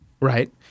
right